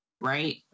right